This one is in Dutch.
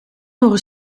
horen